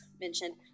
mentioned